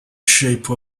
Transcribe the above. shape